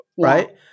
right